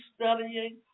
studying